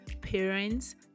parents